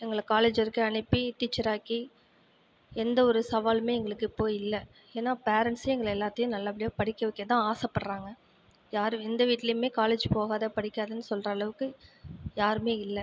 எங்களை காலேஜ் வரைக்கும் அனுப்பி டீச்சராக்கி எந்த ஒரு சவாலுமே எங்களுக்கு இப்போ இல்லை ஏன்னால் பேரன்ட்ஸ் எங்களை எல்லாத்தையும் நல்லபடியாக படிக்க வைக்கத்தான் ஆசைப்படுறாங்க யாரு எந்த வீட்டிலையுமே காலேஜ் போகாத படிக்காதன்னு சொல்கிற அளவுக்கு யாருமே இல்லை